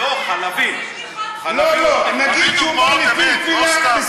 לא, חלבי, תביא דוגמאות אמת, לא סתם.